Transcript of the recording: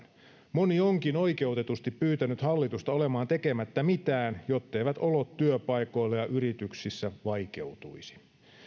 moni onkin oikeutetusti pyytänyt hallitusta olemaan tekemättä mitään jotteivät olot työpaikoilla ja yrityksissä vaikeutuisi